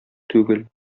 түгел